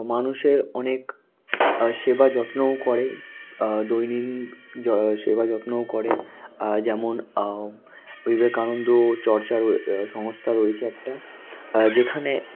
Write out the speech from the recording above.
মানুষের অনেক সেবা যত্নও করে দৈনন্দিন যা সেবা যত্নও করে যেমন বিবেকানন্দ চর্চা র সংস্থা রয়েছে একটা যেখানে